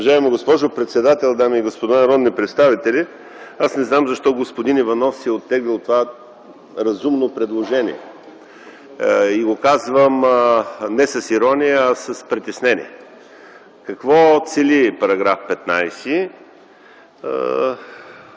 Уважаема госпожо председател, дами и господа народни представители! Аз не знам защо господин Иванов си е оттеглил това разумно предложение. Казвам го не с ирония, а с притеснение. Какво цели § 15?